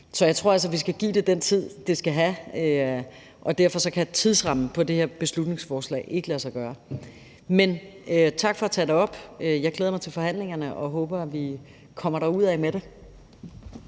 Så jeg tror altså, at vi skal give det den tid, det skal have, og derfor kan tidsrammen på det her beslutningsforslag ikke lade sig gøre. Men tak for at tage det op. Jeg glæder mig til forhandlingerne og håber, at vi kommer derudad med det.